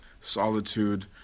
solitude